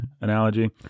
analogy